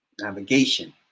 Navigation